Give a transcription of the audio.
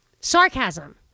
sarcasm